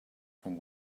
from